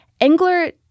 Engler